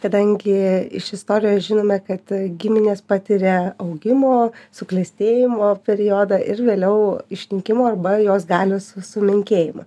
kadangi iš istorijos žinome kad giminės patiria augimo suklestėjimo periodą ir vėliau išnykimo arba jos galios sumenkėjimą